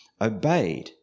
obeyed